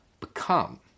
Become